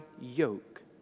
yoke